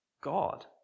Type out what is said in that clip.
God